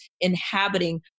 inhabiting